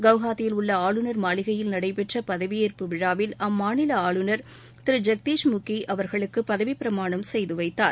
கௌஹாத்தியில் உள்ள ஆளுனர் மாளிகையில் நடைபெற்ற பதவியேற்பு விழாவில் அவா்களுக்கு அம்மாநில ஆளுனா் ஜெகதீஸ் முகி அவா்களுக்கு பதவி பிரமாணம் செய்து வைத்தார்